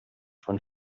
von